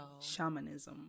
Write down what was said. shamanism